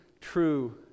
true